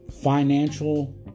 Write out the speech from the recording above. financial